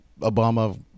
Obama